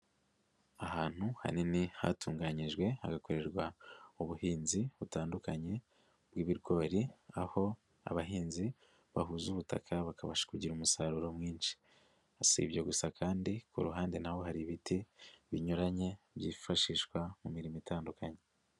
Ahantu hanini hatunganyijwe hagakorerwa ubuhinzi butandukanye bw'ibigori aho abahinzi bahuza ubutaka bakabasha kugira umusaruro mwinshi, si ibyo gusa kandi ku ruhande na ho hari ibiti binyuranye byifashishwa mu mirimo itandukanye.